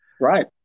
Right